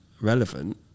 relevant